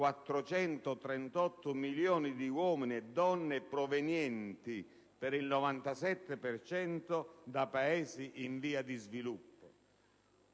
438 milioni di uomini e donne provenienti per il 97 per cento da Paesi in via di sviluppo.